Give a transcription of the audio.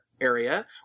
area